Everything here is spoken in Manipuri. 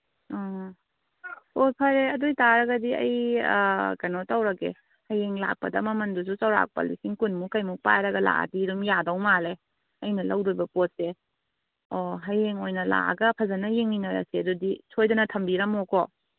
ꯎꯝ ꯑꯣ ꯐꯔꯦ ꯑꯗꯨ ꯑꯣꯏꯇꯥꯔꯒꯗꯤ ꯑꯩ ꯀꯩꯅꯣ ꯇꯧꯔꯒꯦ ꯍꯌꯦꯡ ꯂꯥꯛꯄꯗ ꯃꯃꯟꯗꯨꯁꯨ ꯆꯧꯔꯥꯛꯄ ꯂꯤꯁꯤꯡ ꯀꯨꯟꯃꯨꯛ ꯀꯩꯃꯨꯛ ꯄꯥꯏꯔꯒ ꯂꯥꯛꯑꯗꯤ ꯑꯗꯨꯝ ꯌꯥꯗꯧ ꯃꯥꯜꯂꯦ ꯑꯩꯅ ꯂꯧꯗꯣꯏ ꯄꯣꯠꯁꯦ ꯑꯣ ꯍꯌꯦꯡ ꯑꯣꯏꯅ ꯂꯥꯛꯑꯒ ꯐꯖꯅ ꯌꯦꯡꯃꯤꯟꯅꯔꯁꯦ ꯑꯗꯨꯗꯤ ꯁꯣꯏꯗꯅ ꯊꯝꯕꯤꯔꯝꯃꯣꯀꯣ